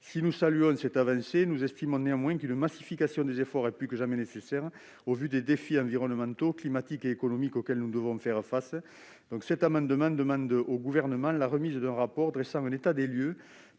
Si nous saluons cette avancée, nous estimons néanmoins qu'une massification des efforts est plus que jamais nécessaire au vu des défis environnementaux, climatiques et économiques auxquels nous devons faire face. Cet amendement vise donc à demander au Gouvernement la remise d'un rapport dressant un état des lieux